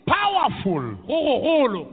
powerful